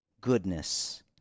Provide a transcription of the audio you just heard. goodness